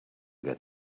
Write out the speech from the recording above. get